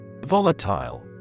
Volatile